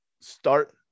start